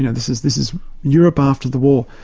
you know, this is this is europe after the war.